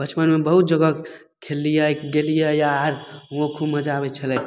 बचपनमे बहुत जगह खेललियै गेलियै आओर हुओं खूब मजा आबय छलै